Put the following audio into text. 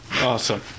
Awesome